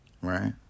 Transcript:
right